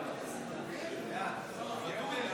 ואטורי,